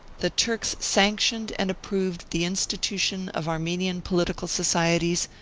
the turks sanctioned and approved the institution of armenian political societies,